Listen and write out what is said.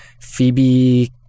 phoebe